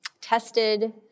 tested